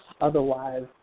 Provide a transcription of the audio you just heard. Otherwise